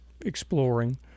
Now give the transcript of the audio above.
exploring